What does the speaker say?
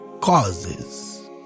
causes